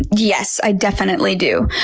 yes, i definitely do.